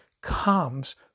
comes